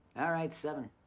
all right, seven.